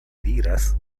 diras